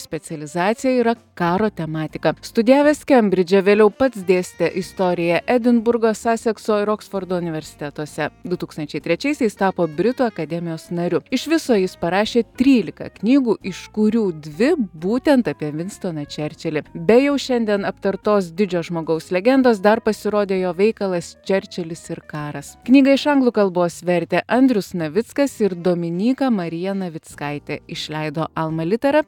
specializacija yra karo tematika studijavęs kembridže vėliau pats dėstė istoriją edinburgo sasekso ir oksfordo universitetuose du tūkstančiai trečiaisiais tapo britų akademijos nariu iš viso jis parašė trylika knygų iš kurių dvi būtent apie vinstoną čerčilį be jau šiandien aptartos didžio žmogaus legendos dar pasirodė jo veikalas čerčilis ir karas knygą iš anglų kalbos vertė andrius navickas ir dominyka marija navickaitė išleido alma litera